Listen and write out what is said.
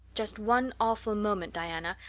just one awful moment diana,